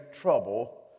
trouble